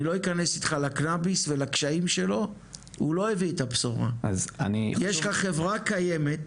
MindCET קיימת